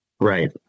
Right